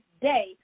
day